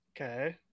Okay